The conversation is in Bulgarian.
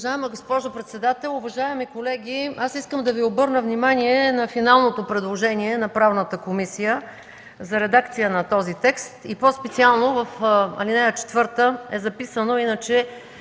Уважаема госпожо председател, уважаеми колеги! Искам да Ви обърна внимание на финалното предложение на Правната комисия за редакция на този текст и по-специално в ал. 4, където е записано, иначе